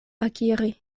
akiri